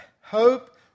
hope